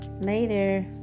Later